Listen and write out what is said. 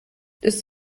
ist